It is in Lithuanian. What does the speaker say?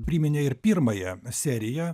priminė ir pirmąją seriją